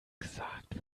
gesagt